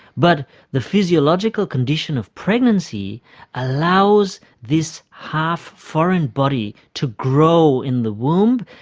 but the physiological condition of pregnancy allows this half-foreign body to grow in the womb,